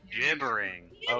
gibbering